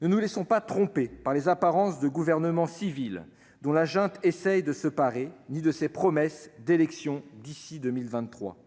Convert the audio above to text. Ne nous laissons pas tromper par les apparences de gouvernement civil dont la junte essaie de se parer ni par ses promesses d'élections d'ici à 2023.